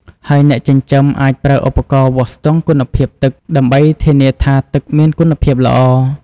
ហើយអ្នកចិញ្ចឹមអាចប្រើឧបករណ៍វាស់ស្ទង់គុណភាពទឹកដើម្បីធានាថាទឹកមានគុណភាពល្អ។